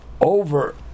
over